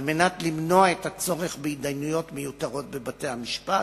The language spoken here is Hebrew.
על מנת למנוע את הצורך בהתדיינויות מיותרות בבתי-המשפט,